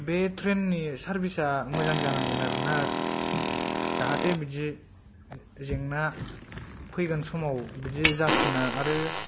बे ट्रेननि सारभिसा मोजां जानांगोन आरोना जाहाथे बिदि जेंना फैगोन समाव बिदि जाफिना आरो